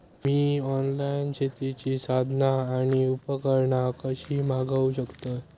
मी online शेतीची साधना आणि उपकरणा कशी मागव शकतय?